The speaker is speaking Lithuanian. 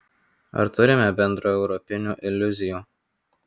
ar turime bendraeuropinių iliuzijų